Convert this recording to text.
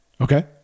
Okay